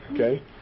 Okay